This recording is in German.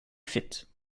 fit